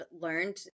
learned